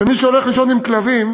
שמי שהולך לישון עם כלבים,